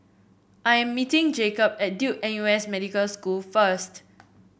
I am meeting Jakob at Duke N U S Medical School first